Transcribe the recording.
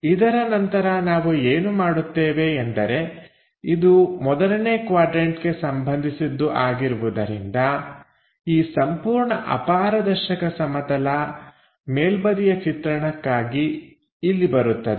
ಇದರ ನಂತರ ನಾವು ಏನು ಮಾಡುತ್ತೇವೆ ಎಂದರೆ ಇದು ಮೊದಲನೇ ಕ್ವಾಡ್ರನ್ಟಗೆ ಸಂಬಂಧಿಸಿದ್ದು ಆಗಿರುವುದರಿಂದ ಈ ಸಂಪೂರ್ಣ ಅಪಾರದರ್ಶಕ ಸಮತಲ ಮೇಲ್ಬದಿಯ ಚಿತ್ರಣಕ್ಕಾಗಿ ಇಲ್ಲಿಗೆ ಬರುತ್ತದೆ